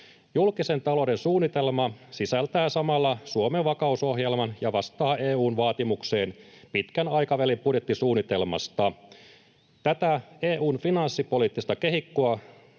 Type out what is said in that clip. Julkisen talouden suunnitelma sisältää samalla Suomen vakausohjelman ja vastaa EU:n vaatimukseen pitkän aikavälin budjettisuunnitelmasta. Tätä EU:n finanssipoliittista kehikkoa